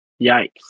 yikes